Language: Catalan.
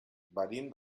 venim